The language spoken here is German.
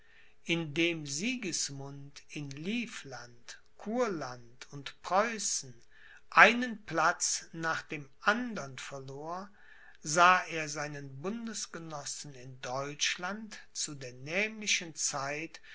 erhalten indem sigismund in livland kurland und preußen einen platz nach dem andern verlor sah er seinen bundesgenossen in deutschland zu der nämlichen zeit